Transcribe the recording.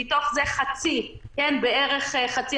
ומתוך זה בערך חצי,